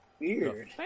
Weird